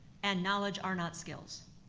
and knowledge are not skills.